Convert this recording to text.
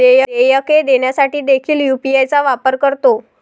देयके देण्यासाठी देखील यू.पी.आय चा वापर करतो